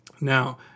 Now